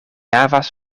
havas